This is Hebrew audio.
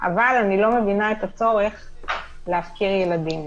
אבל אני לא מבינה את הצורך להפקיר ילדים.